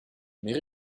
mais